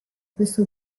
questo